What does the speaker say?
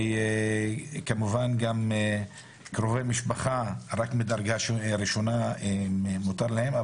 וכמובן גם קרובי משפחה רק מדרגה ראשונה מותר להם.